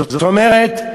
זאת אומרת,